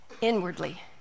inwardly